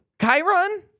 Chiron